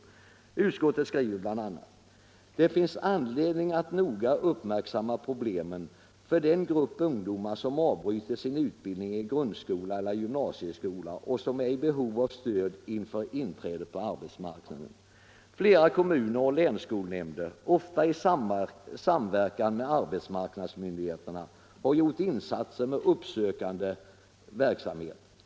I propositionen heter det om denna fråga: ”Det finns anledning att noga uppmärksamma problemen för den grupp ungdomar som avbryter sin utbildning i grundskolan eller gymnasieskolan och som är i behov av stöd inför inträdet på arbetsmarknaden. Flera kommuner och länsskolnämnder, ofta i samverkan med arbetsmarknadsmyndigheterna, har gjort insatser med uppsökande syo.